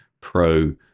pro